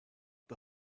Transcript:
the